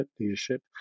leadership